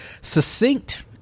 succinct